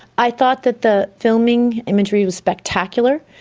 i thought that the filming imagery was spectacular.